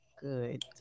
good